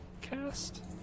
Cast